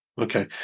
Okay